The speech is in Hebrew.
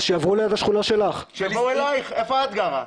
שיעברו ליד השכונה שלך, שיבואו אליך איפה אתה גרה?